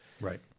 Right